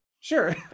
Sure